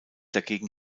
dagegen